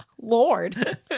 Lord